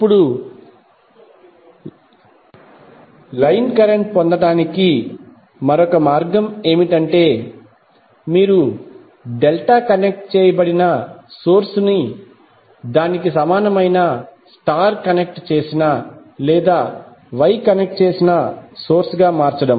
ఇప్పుడు line current పొందటానికి మరొక మార్గం ఏమిటంటే మీరు డెల్టా కనెక్ట్ చేయబడిన సోర్స్ ని దాని సమానమైన స్టార్ కనెక్ట్ చేసిన లేదా Y కనెక్ట్ చేసిన సోర్స్ గా మార్చడం